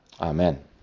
Amen